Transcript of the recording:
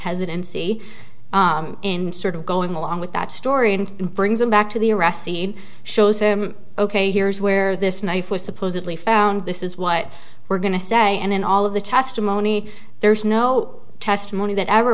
hesitancy in sort of going along with that story and brings him back to the arrest scene shows ok here's where this knife was supposedly found this is what we're going to say and then all of the testimony there's no testimony that ever